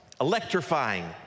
electrifying